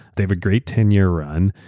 they have a great ten year run.